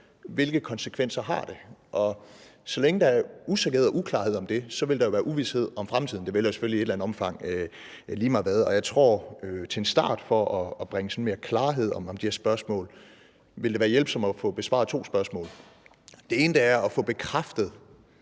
hvilke konsekvenser det har. Og så længe der er usikkerhed og uklarhed om det, vil der jo være uvished om fremtiden; det vil der selvfølgelig i et eller andet omfang være lige meget hvad. Jeg tror, at det til en start for sådan at skabe mere klarhed om de her spørgsmål vil være hjælpsomt at få besvaret to spørgsmål. Det ene vedrører at få bekræftet,